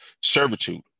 servitude